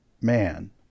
man